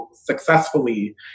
successfully